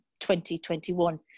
2021